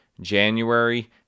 January